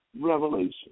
revelation